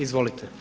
Izvolite.